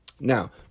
Now